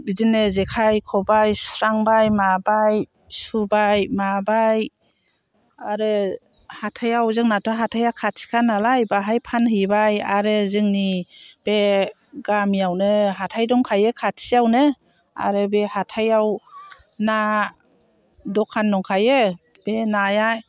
बिदिनो जेखाइ खबाइ सुस्रांबाय माबाय सुबाय माबाय आरो हाथायाव जोंनाथ' हाथाया खाथिखानालाय बाहाय फानहैबाय आरो जोंनि बे गामियावनो हाथाय दंखायो खाथियावनो आरो बे हाथायाव ना दखान दंखायो बे नाया